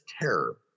Terror